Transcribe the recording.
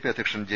P അധ്യക്ഷൻ J